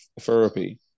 therapy